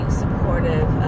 supportive